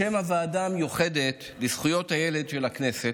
בשם הוועדה המיוחדת לזכויות הילד של הכנסת,